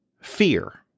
fear